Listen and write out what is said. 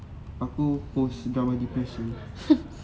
aku post drama depression